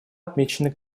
отмечено